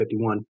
51